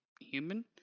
human